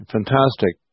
Fantastic